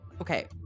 Okay